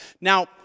Now